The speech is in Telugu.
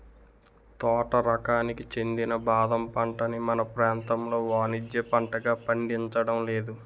తోట రకానికి చెందిన బాదం పంటని మన ప్రాంతంలో వానిజ్య పంటగా పండించడం లేదు